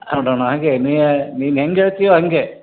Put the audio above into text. ಹಾಗೆ ನೀನು ಹೆಂಗೆ ಹೇಳ್ತಿಯೋ ಹಂಗೆ